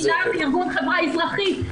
אני מארגון חברה אזרחית.